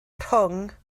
rhwng